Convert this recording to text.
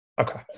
Okay